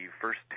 first